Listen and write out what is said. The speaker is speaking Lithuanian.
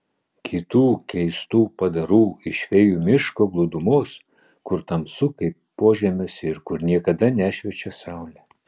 kitų keistų padarų iš fėjų miško glūdumos kur tamsu kaip požemiuose ir kur niekada nešviečia saulė